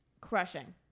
crushing